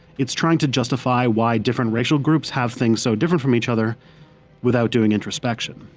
it's trying to justify why different racial groups have things so different from each other without doing introspection.